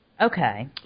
Okay